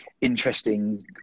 interesting